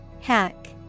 hack